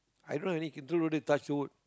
i don't really contributed touch wood